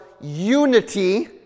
unity